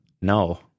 No